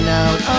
out